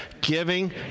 Giving